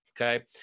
okay